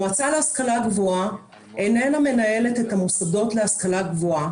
המועצה להשכלה גבוהה אינה מנהלת את המוסדות להשכלה גבוהה.